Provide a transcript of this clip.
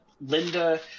linda